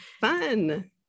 Fun